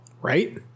right